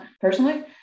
personally